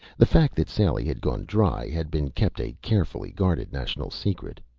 the fact that sally had gone dry had been kept a carefully guarded national secret.